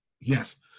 Yes